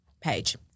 page